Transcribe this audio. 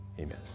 Amen